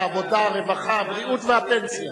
העבודה, הרווחה, הבריאות והפנסיה,